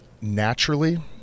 naturally